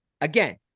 again